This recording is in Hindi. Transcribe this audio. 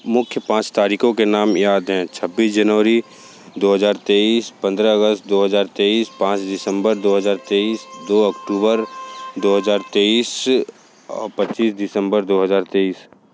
मुख्य पाँच तारीखों के नाम याद हैं छब्बीस जनवरी दो हज़ार तेईस पंद्रह अगस्त दो हज़ार तेईस पाँच दिसम्बर दो हज़ार तेईस दो अक्टूबर दो हज़ार तेईस और पच्चीस दिसम्बर दो हज़ार तेईस